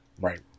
Right